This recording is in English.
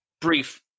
brief